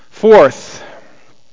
fourth